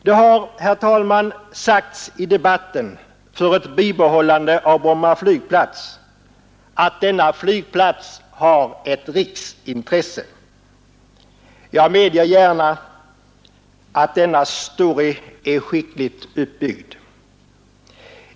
Det har, herr talman, sagts i debatten för bibehållande av Bromma flygplats att denna flygplats har ett riksintresse. Jag medger gärna att denna story är skickligt uppbyggd.